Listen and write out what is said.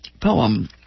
poem